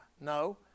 No